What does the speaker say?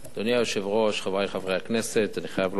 אדוני היושב-ראש, חברי חברי הכנסת, אני חייב לומר